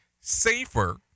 safer